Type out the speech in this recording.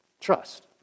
Trust